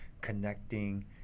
connecting